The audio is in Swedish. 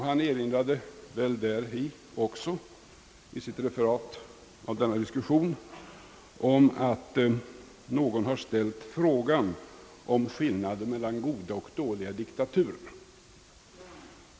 Statsrådet Palme erinrade, enligt referatet, i diskussionen om att någon ställt frågan om skillnaden mellan goda och dåliga diktaturer.